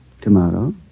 tomorrow